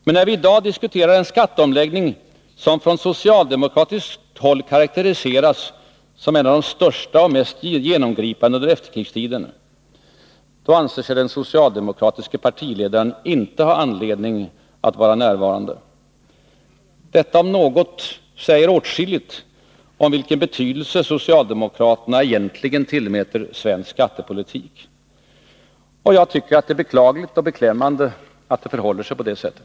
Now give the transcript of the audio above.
Men när vi i dag diskuterar en skatteomläggning, som från socialdemokratiskt håll karakteriseras som en av de största och mest genomgripande under efterkrigstiden, då anser sig den socialdemokratiske partiledaren inte ha anledning att vara närvarande. Detta, om något, säger åtskilligt om vilken betydelse socialdemokraterna egentligen tillmäter svensk skattepolitik. Jag tycker att det är beklagligt och beklämmande att det förhåller sig på det sättet.